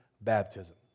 baptism